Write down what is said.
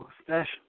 special